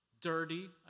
dirty